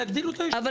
שיגדילו את הישוב.